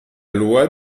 loi